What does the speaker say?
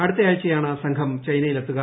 അടുത്ത ആഴ്ചയാണ് സംഘം ചൈനയിലെത്തുക